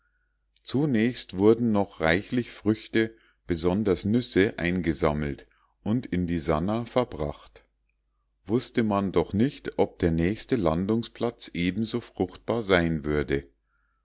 zunächst wurden noch reichlich früchte besonders nüsse eingesammelt und in die sannah verbracht wußte man doch nicht ob der nächste landungsplatz ebenso fruchtbar sein würde